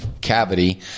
cavity